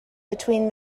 between